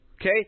Okay